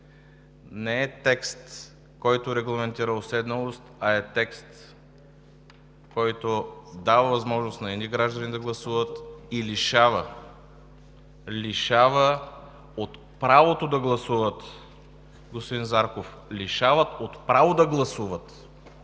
колеги, не регламентира уседналост, а дава възможност на едни граждани да гласуват и лишава, лишава от правото да гласуват, господин Зарков, лишава от право да гласуват!